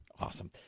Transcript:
Awesome